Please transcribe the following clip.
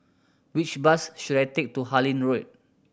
which bus should I take to Harlyn Road